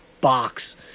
box